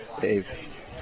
Dave